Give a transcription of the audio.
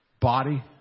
body